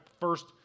first